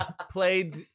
Played